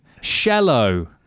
Shallow